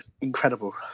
incredible